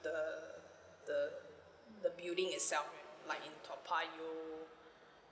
the the the building itself you know like in toa payoh